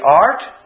art